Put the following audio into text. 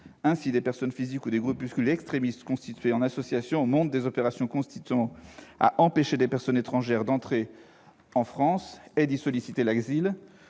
Ainsi, des personnes physiques ou des groupuscules extrémistes constitués en association montent des opérations visant à empêcher des personnes étrangères d'entrer en France et d'y solliciter l'asile,